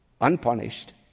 unpunished